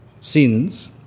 sins